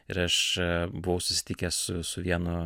ir aš buvau susitikęs su su vienu